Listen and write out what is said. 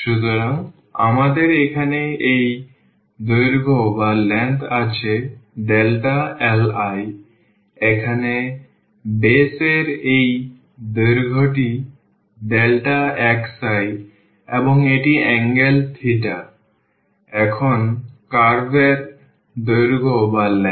সুতরাং আমাদের এখানে এই দৈর্ঘ্য আছে li এখানে বেস এর এই দৈর্ঘ্যটি xi এবং এটি angle theta এখন কার্ভ এর দৈর্ঘ্য